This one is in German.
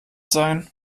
sein